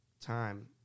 time